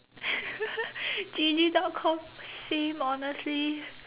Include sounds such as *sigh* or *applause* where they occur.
*laughs* G_G dot com same honestly